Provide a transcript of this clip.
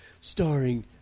Starring